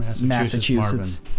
Massachusetts